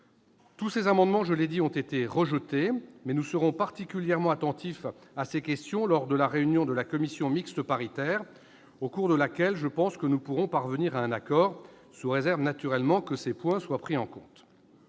Tous ces amendements, je le répète, ont été rejetés. Toutefois, nous serons particulièrement attentifs à ces questions lors de la réunion de la commission mixte paritaire au cours de laquelle, je le pense, nous pourrons parvenir à un accord, sous réserve que ces points soient pris en compte.